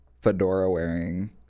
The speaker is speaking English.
fedora-wearing